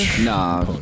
nah